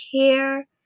care